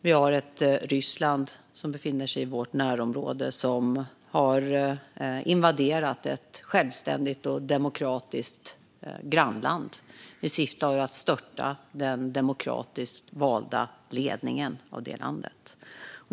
Vi har ett Ryssland som befinner sig i vårt närområde och har invaderat ett självständigt och demokratiskt grannland i syfte att störta den demokratiskt valda ledningen för detta land.